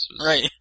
right